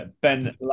Ben